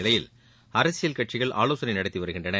நிலையில் அரசியல் கட்சிகள் ஆலோசனை நடத்திவருகின்றன